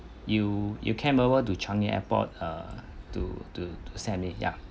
you you came over to changi airport err to to send me ya